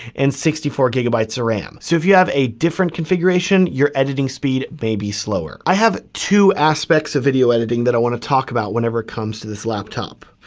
and sixty four gigabytes of ram. so if you have a different configuration your editing speed maybe slower. i have two aspects of video editing that i wanna talk about whenever it comes to this laptop.